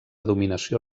dominació